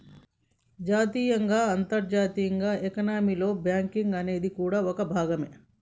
జాతీయంగా అంతర్జాతీయంగా ఎకానమీలో బ్యాంకింగ్ అనేది కూడా ఓ భాగమే